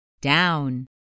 Down